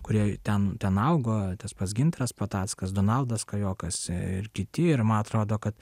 kurie ten ten augo tas pats gintaras patackas donaldas kajokas ir kiti ir man atrodo kad